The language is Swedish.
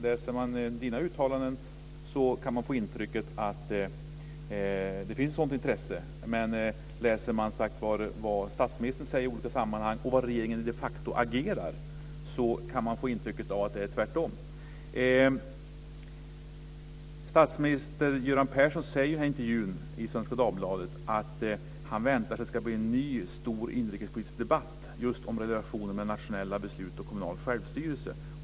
Läser man Britta Lejons uttalanden kan man få intrycket att det finns ett sådant intresse, men läser man vad statsministern säger i olika sammanhang, och ser hur regeringen de facto agerar, kan man få intrycket att det är tvärtom. Jag kan också se i intervjun i Svenska Dagbladet att statsminister Göran Persson säger att han väntar sig att det ska bli en ny stor inrikespolitisk debatt just om relationen mellan nationella beslut och kommunal självstyrelse.